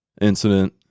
incident